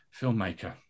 filmmaker